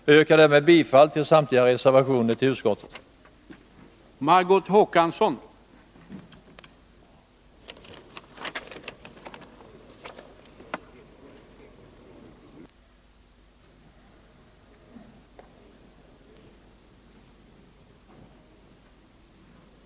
Jag yrkar därmed bifall till samtliga reservationer vid utskottets betänkande.